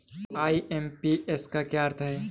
IMPS का क्या अर्थ है?